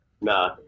Nah